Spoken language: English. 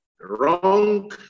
wrong